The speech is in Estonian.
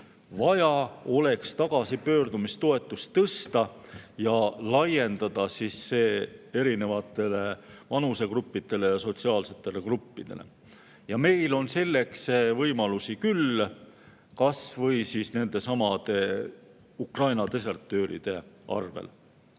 vaja oleks tagasipöördumistoetust tõsta ning laiendada see erinevatele vanusegruppidele ja sotsiaalsetele gruppidele. Meil on selleks võimalusi küll, kas või nendesamade Ukraina desertööride arvel.